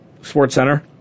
SportsCenter